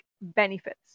benefits